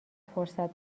فرصت